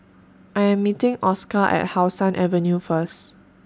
I Am meeting Oscar At How Sun Avenue First